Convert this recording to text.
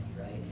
right